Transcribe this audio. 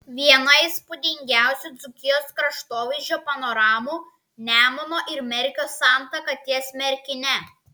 viena įspūdingiausių dzūkijos kraštovaizdžio panoramų nemuno ir merkio santaka ties merkine